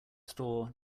store